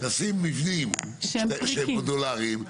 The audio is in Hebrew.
לשים מבנים שהם מודולריים,